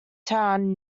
town